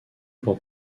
pour